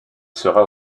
sera